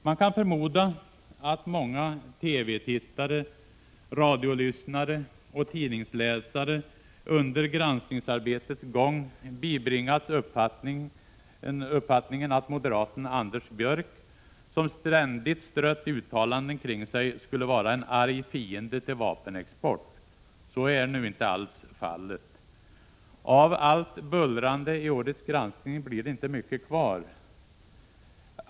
Man kan förmoda att många TV-tittare, radiolyssnare och tidningsläsare under granskningsarbetets gång bibringats uppfattningen att moderaten Anders Björck — som ständigt strött uttalanden kring sig — skulle vara en arg fiende till vapenexport. Så är inte alls fallet. Av allt bullrande i årets granskning blir det inte mycket kvar.